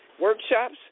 workshops